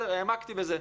העמקתי בזה.